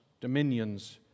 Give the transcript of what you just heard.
dominions